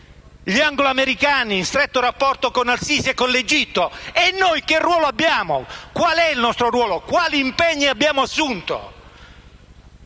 gli angloamericani in stretto rapporto con al-Sisi e l'Egitto. E noi che ruolo abbiamo? Qual è il nostro ruolo? Quali impegni abbiamo assunto?